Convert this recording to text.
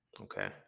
Okay